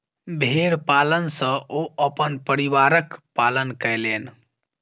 भेड़ पालन सॅ ओ अपन परिवारक पालन कयलैन